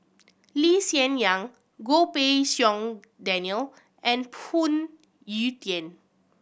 Lee Hsien Yang Goh Pei Siong Daniel and Phoon Yew Tien